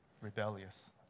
Rebellious